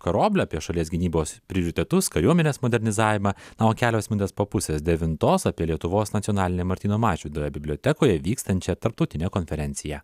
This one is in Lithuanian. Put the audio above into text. karoble apie šalies gynybos prioritetus kariuomenės modernizavimą o kelios minutės po pusės devintos apie lietuvos nacionalinė martyno mažvydo bibliotekoje vykstančią tarptautinę konferenciją